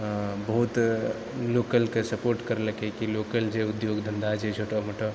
बहुत लोकलके सपोर्ट करलकै कि लोकल जे उद्योग धन्धा छै छोटा मोटा